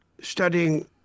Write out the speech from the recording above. studying